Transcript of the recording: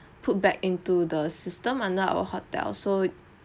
put back into the system under our hotel so